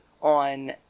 on